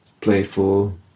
Playful